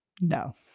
no